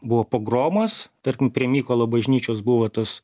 buvo pogromas tarkim prie mykolo bažnyčios buvo tas